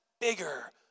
bigger